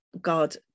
God